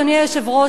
אדוני היושב-ראש,